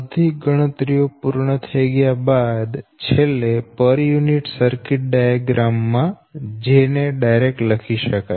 બધી ગણતરીઓ પૂર્ણ થઈ ગયા બાદ છેલ્લે પર યુનિટ સર્કિટ ડાયાગ્રામ માં 'j' લખી શકાય